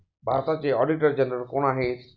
भारताचे auditor general कोण आहेत?